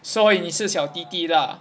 所以你是小弟弟 lah